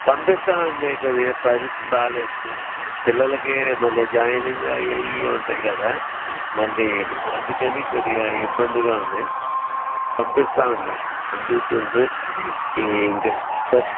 పంపిస్తామండి కొద్దిగా పరిస్థితి బాగాలేదు పిల్లలకి మళ్ళీ జాయినింగ్ అవి ఇవి ఉంటాయి కదా మళ్ళీ అందుకని కొద్దిగా ఇబ్బందిగా ఉంది పంపిస్తామండి పంపించేసి ఈ ఇంకా